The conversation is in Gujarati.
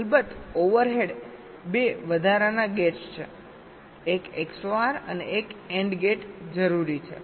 અલબત્ત ઓવરહેડ 2 વધારાના ગેટ્સછે એક XOR અને એક AND ગેટ જરૂરી છે